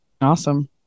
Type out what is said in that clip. Awesome